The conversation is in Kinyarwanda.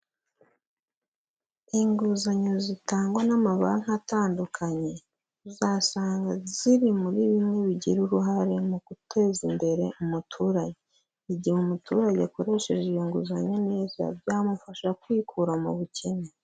Inguzanyo zitangwa n'amabanki atandukanye, uzasanga ziri muri bimwe bigira uruhare mu guteza imbere umuturage, igihe umuturage akoresheje iyo nguzanyo neza byamufasha kwikura mu bukene.